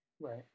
Right